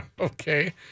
Okay